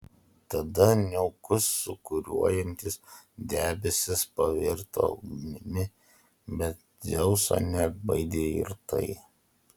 tada niaukus sūkuriuojantis debesis pavirto ugnimi bet dzeuso neatbaidė ir tai